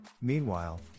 Meanwhile